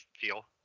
feel